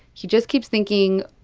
he just keeps thinking,